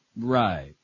Right